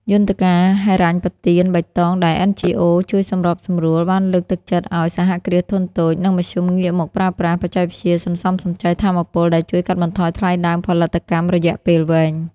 យន្តការហិរញ្ញប្បទានបៃតងដែល NGOs ជួយសម្របសម្រួល បានលើកទឹកចិត្តឱ្យ សហគ្រាសធុនតូច និងមធ្យមងាកមកប្រើប្រាស់បច្ចេកវិទ្យាសន្សំសំចៃថាមពល ដែលជួយកាត់បន្ថយថ្លៃដើមផលិតកម្មរយៈពេលវែង។